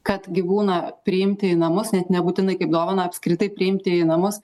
kad gyvūną priimti į namus net nebūtinai kaip dovaną apskritai priimti į namus